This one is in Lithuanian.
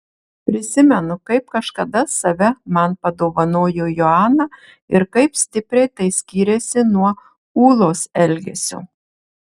prisimenu kaip kažkada save man padovanojo joana ir kaip stipriai tai skyrėsi nuo ūlos elgesio